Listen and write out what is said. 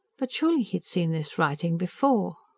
but surely he had seen this writing before?